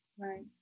Right